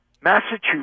Massachusetts